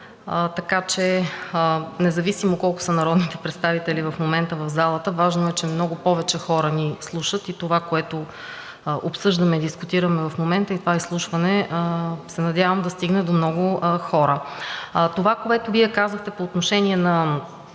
така че независимо колко са народните представители в момента в залата, важно е, че много повече хора ни слушат и това, което обсъждаме и дискутираме в момента, и се надявам това изслушване да стигне до много хора. Това, което Вие казахте по отношение на